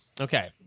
Okay